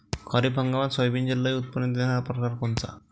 खरीप हंगामात सोयाबीनचे लई उत्पन्न देणारा परकार कोनचा?